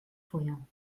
feuer